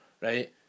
right